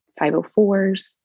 504s